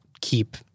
keep